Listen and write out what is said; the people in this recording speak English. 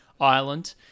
Ireland